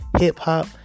hip-hop